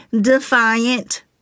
defiant